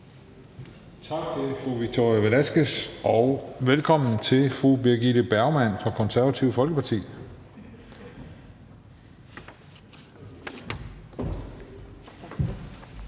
Tak til fru Victoria Velasquez, og velkommen til fru Birgitte Bergman fra Det Konservative Folkeparti.